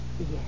Yes